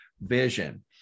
vision